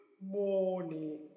morning